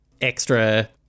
extra